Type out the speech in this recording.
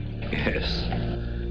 Yes